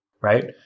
right